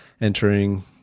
entering